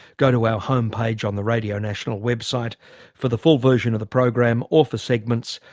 go to our home page on the radio national website for the full version of the program or for segments.